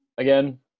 Again